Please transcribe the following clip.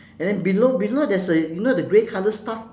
and then below below there's a you know the grey colour stuff